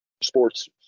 sports